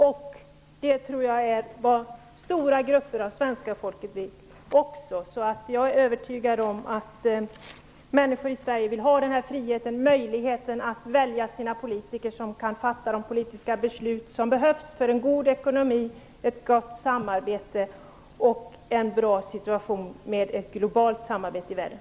Och jag tror att det är vad stora grupper av det svenska folket också vill. Jag är övertygad om att människor i Sverige vill ha den här friheten och möjligheten att välja de politiker som kan fatta de politiska beslut som behövs för en god ekonomi, ett gott samarbete och ett globalt samarbete i världen.